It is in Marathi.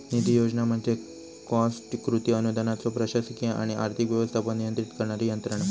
निधी योजना म्हणजे कॉस्ट कृती अनुदानाचो प्रशासकीय आणि आर्थिक व्यवस्थापन नियंत्रित करणारी यंत्रणा